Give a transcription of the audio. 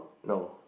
no